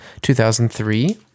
2003